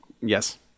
yes